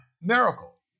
miracle